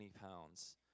pounds